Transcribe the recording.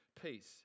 Peace